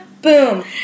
Boom